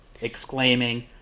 exclaiming